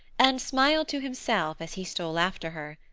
and smiled to himself as he stole after her.